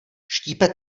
štípe